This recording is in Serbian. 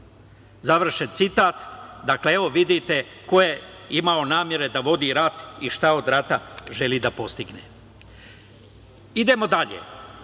završen citat, dakle, evo vidite ko je imao nameru da vodi rat i šta od rata želi da postigne. Idemo dalje,